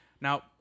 now